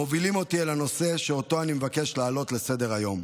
מובילים אותי אל הנושא שאותו אני מבקש להעלות על סדר-היום.